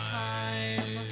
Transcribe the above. time